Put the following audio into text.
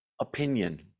opinion